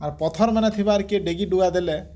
ଆଉ ପଥରମାନ ଥିବାର କିଏ ଡେଗି ଡୁଗା ଦେଲେ